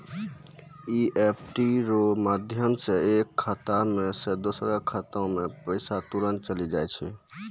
EFT रो माध्यम से एक खाता से दोसरो खातामे पैसा तुरंत पहुंचि जाय छै